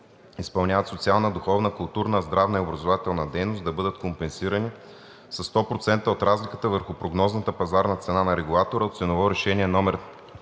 изпълняват социална, духовна, културна, здравна и образователна дейност, да бъдат компенсирани със 100 % от разликата между прогнозната пазарна цена на регулатора от ценово решение №